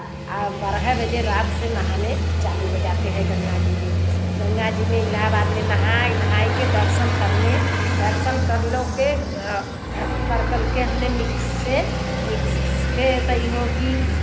आ बारह बजे रात से नहाने चालू हो जाते हैं गंगा जी में गंगा जी में इलाहाबाद में नहा नहा कर दर्शन करने दर्शन कर लो के कर करके हमने निकसे निकसे कहियो कि